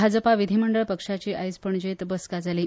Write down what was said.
भाजपा विधीमंडळ पक्षाची आयज पणजेत बसका जाली